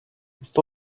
sto